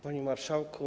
Panie Marszałku!